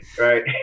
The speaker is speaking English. right